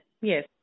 Yes